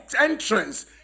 entrance